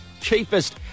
cheapest